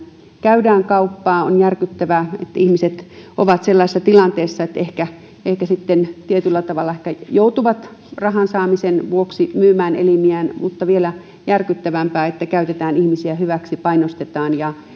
käydään kauppaa on järkyttävää että ihmiset ovat sellaisessa tilanteessa että ehkä sitten tietyllä tavalla joutuvat rahan saamisen vuoksi myymään elimiään mutta vielä järkyttävämpää on että käytetään ihmisiä hyväksi painostetaan ja